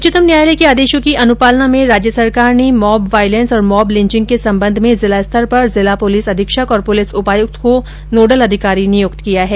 उच्चतम न्यायालय के आदेशों की अनुपालना में राज्य सरकार ने मॉब वॉइलेन्स और मॉब लिंचिंग के सम्बन्ध में जिला स्तर पर जिला पुलिस अधीक्षक और पुलिस उपायुक्त को नोडल अधिकारी नियुक्त किया है